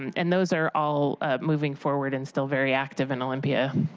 and those are all ah moving forward, and still very active in olympia.